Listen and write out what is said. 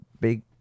big